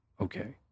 okay